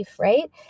right